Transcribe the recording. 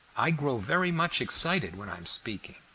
i grow very much excited when i am speaking.